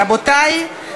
רבותי,